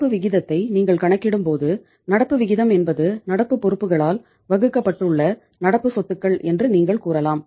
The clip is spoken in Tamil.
நடப்பு விகிதத்தை நீங்கள் கணக்கிடும்போது நடப்பு விகிதம் என்பது நடப்பு பொறுப்புகளால் வகுக்கப்பட்டுள்ள நடப்பு சொத்துகள் என்று நீங்கள் கூறலாம்